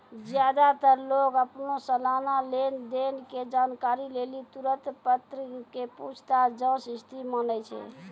ज्यादातर लोग अपनो सलाना लेन देन के जानकारी लेली तुलन पत्र के पूछताछ जांच स्थिति मानै छै